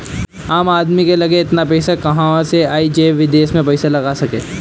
आम आदमी की लगे एतना पईसा कहवा से आई जे विदेश में पईसा लगा सके